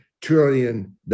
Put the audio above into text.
trillion